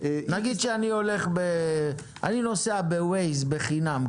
נגיד שאני נוסע ב"ווייז" בחינם,